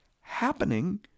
happening